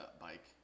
bike